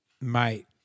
Mate